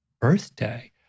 birthday